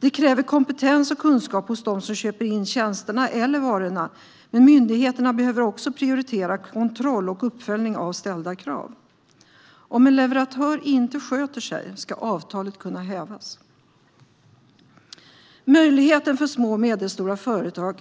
Det kräver kompetens och kunskap hos dem som köper in tjänsterna eller varorna, men myndigheterna behöver också prioritera kontroll och uppföljning av ställda krav. Om en leverantör inte sköter sig ska avtalet kunna hävas. Möjligheten för små och medelstora företag